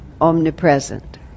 omnipresent